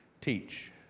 teach